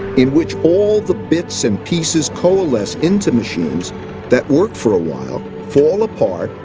in which all the bits and pieces coalesce into machines that work for a while, fall apart,